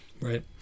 Right